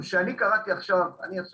תוך